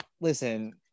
listen